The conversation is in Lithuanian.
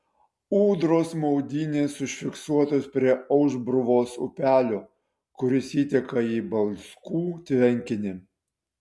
ūdros maudynės užfiksuotos prie aušbruvos upelio kuris įteka į balskų tvenkinį